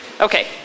Okay